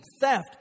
theft